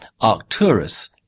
Arcturus